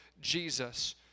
Jesus